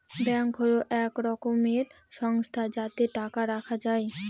bank হল এক রকমের সংস্থা যাতে টাকা রাখা যায়